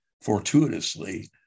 fortuitously